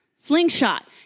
Slingshot